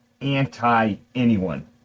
anti-anyone